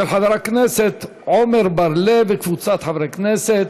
של חבר הכנסת עמר בר-לב וקבוצת חברי הכנסת,